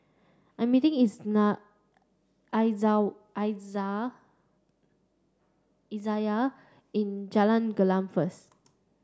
I'm meeting Izayah in Jalan Gelam first